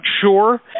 sure